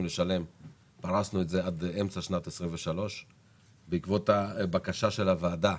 לשלם עד אמצע שנת 2023. בעקבות הבקשה של הוועדה,